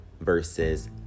versus